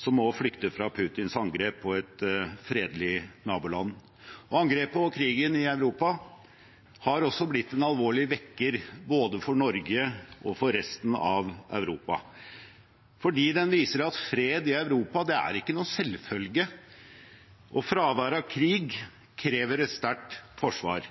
som må flykte fra Putins angrep på et fredelig naboland. Angrepet og krigen i Europa har også blitt en alvorlig vekker, både for Norge og for resten av Europa, for den viser at fred i Europa er ikke noen selvfølge. Og fravær av krig krever et sterkt forsvar,